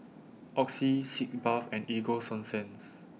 Oxy Sitz Bath and Ego Sunsense